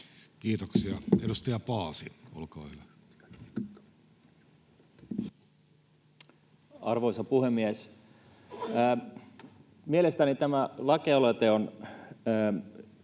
Kiitoksia. — Edustaja Paasi, olkaa hyvä. Arvoisa puhemies! Mielestäni tämä lakialoite on